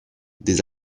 des